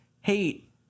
hate